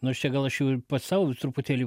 nu aš čia gal aš jau ir pat sau truputėlį